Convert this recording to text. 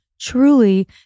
truly